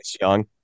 young